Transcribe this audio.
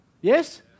Yes